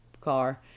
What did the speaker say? car